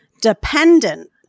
dependent